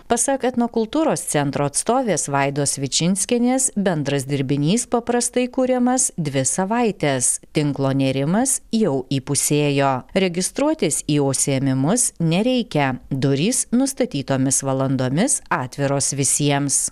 pasak etnokultūros centro atstovės vaidos vičinskienės bendras dirbinys paprastai kuriamas dvi savaites tinklo nėrimas jau įpusėjo registruotis į užsiėmimus nereikia durys nustatytomis valandomis atviros visiems